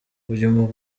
uyu